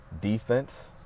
defense